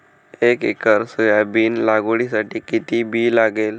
एक acre soybean लागवडीसाठी किती बी लागेल?